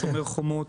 שומר חומות,